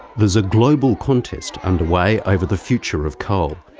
there's a global contest underway over the future of coal.